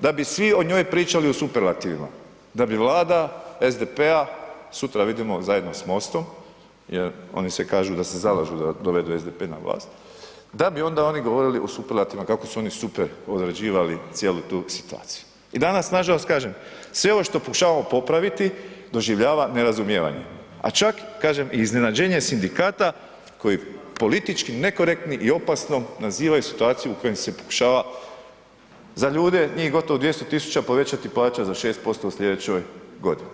da bi svi o njoj pričali u superlativima, da bi Vlada SDP-a, sutra vidimo zajedno s MOST-om jer oni se kažu da se zalažu da dovedu SDP na vlast, da bi onda oni govorili u superlativima kako su oni super odrađivali cijelu tu situaciju i danas nažalost kažem sve ovo što pokušavamo popraviti doživljava nerazumijevanje, čak kažem i iznenađenje sindikata koji politički nekorektni ili opasnom nazivaju situaciju u kojoj se pokušava za ljude njih gotovo 200 tisuća povećati plaća za 6% u slijedećoj godini.